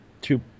two